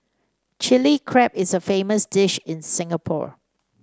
Chilli Crab is a famous dish in Singapore